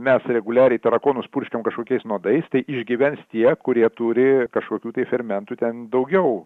mes reguliariai tarakonus purškiam kažkokiais nuodais tai išgyvens tie kurie turi kažkokių tai fermentų ten daugiau